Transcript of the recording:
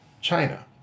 China